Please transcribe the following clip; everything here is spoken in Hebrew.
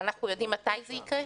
אנחנו יודעים מתי זה יקרה?